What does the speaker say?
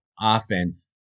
offense